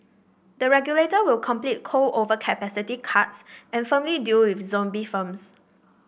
the regulator will complete coal overcapacity cuts and firmly deal with zombie firms